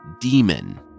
Demon